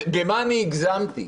במה הגזמתי